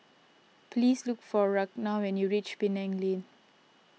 please look for Ragna when you reach Penang Lane